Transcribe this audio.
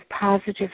positive